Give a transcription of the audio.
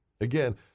Again